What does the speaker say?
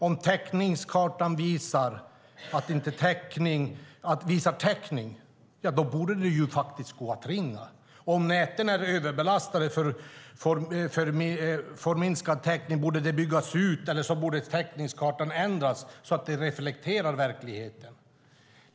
Om täckningskartan visar täckning borde det ju faktiskt gå att ringa. Om näten är överbelastade och därför får minskad täckning borde de byggas ut, eller så borde täckningskartan ändras, så att den reflekterar verkligheten.